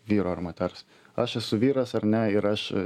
vyro ar moters aš esu vyras ar ne ir aš